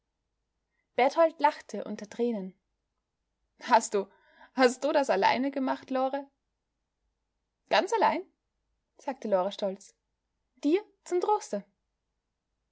berthold lachte unter tränen hast du hast du das alleine gemacht lore ganz allein sagte lore stolz dir zum troste